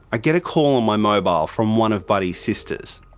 i get a call on my mobile from one of buddy's sisters.